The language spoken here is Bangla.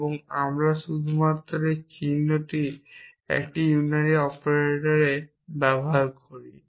এবং আমরা শুধুমাত্র এই চিহ্নটি একটি ইউনারি অপারেটরে ব্যবহার করি